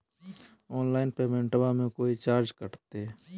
Online पेमेंटबां मे कोइ चार्ज कटते?